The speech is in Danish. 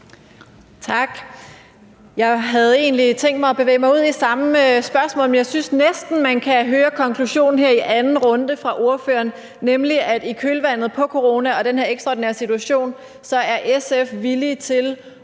Tak. Jeg havde egentlig tænkt mig at bevæge mig ud i det samme spørgsmål, men jeg synes næsten, at man kan høre konklusionen i ordførerens svar her i anden runde, nemlig at SF i kølvandet på corona og den her ekstraordinære situation er villig til